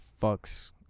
Fucks